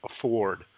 afford